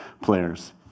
players